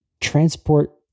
transport